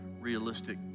realistic